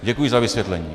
Děkuji za vysvětlení.